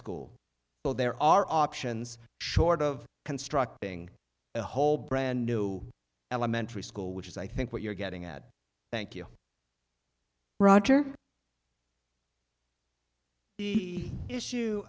school well there are options short of constructing a whole brand new elementary school which is i think what you're getting at thank you roger the issue